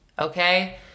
Okay